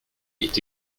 est